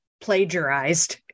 plagiarized